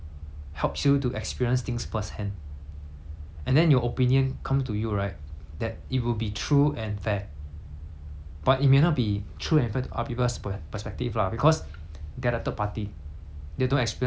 and then your opinion come to you right that it will be true and fair but it may not be true and fair to other people's per~ perspective lah because they are a third party they don't experience what I experience right